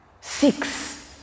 six